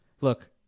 Look